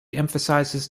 emphasizes